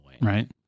Right